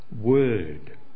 word